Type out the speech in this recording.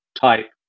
type